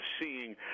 seeing